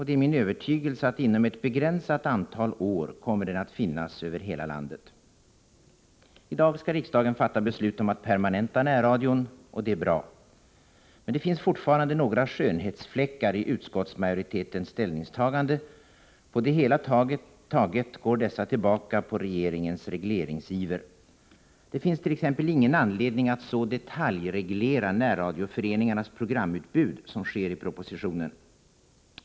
Det är min övertygelse att den inom ett begränsat antal år kommer att finnas över hela landet. I dag skall riksdagen fatta beslut om att permanenta närradion — och det är bra. Men det finns fortfarande några skönhetsfläckar i utskottsmajoritetens ställningstagande. På det hela taget går dessa tillbaka på regeringens regleringsiver. Det finns t.ex. ingen anledning att så detaljreglera närradioföreningarnas programutbud som sker i propositionen.